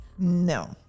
No